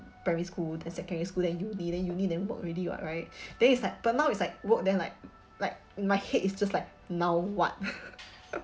primary school then secondary school then uni then uni then work already [what] right then it's like but now it's like work then like like my head is just like now what